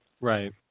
Right